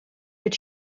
but